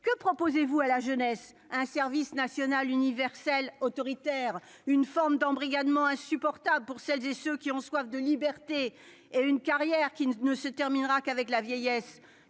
Que proposez-vous à la jeunesse un service national universel autoritaire une forme d'embrigadement insupportable pour celles et ceux qui ont soif de liberté et une carrière qui ne ne se terminera qu'avec la vieillesse